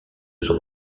son